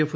F